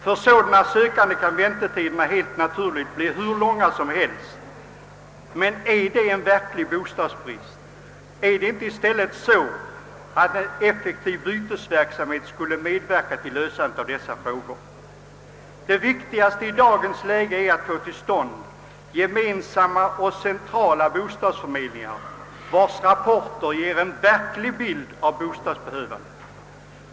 För sådana sökande kan väntetiderna naturligtvis bli hur långa som helst. Men är det en verklig bostadsbrist som i dessa fall föreligger? Skulle inte en effektiv bytesverksamhet kunna bidra till lösandet av dessa frågor? Det viktigaste i dagens läge är att få till stånd gemensamma och centrala bostadsförmedlingar, vilkas rapporter ger en verklig bild av bostadsbehovet.